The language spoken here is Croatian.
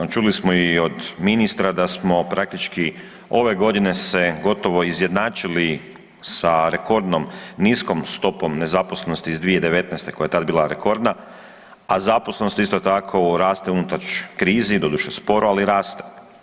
Evo čuli smo i od ministra da smo praktički ove godine se gotovo izjednačili sa rekordnom niskom stopom nezaposlenosti iz 2019., koja je tada bila rekordna, a zaposlenost isto tako raste unatoč krizi doduše sporo, ali raste.